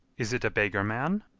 is it a beggar-man?